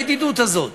הידידות הזאת.